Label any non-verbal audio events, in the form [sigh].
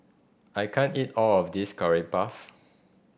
I can't eat all of this Curry Puff [noise]